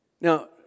Now